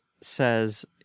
says